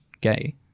gay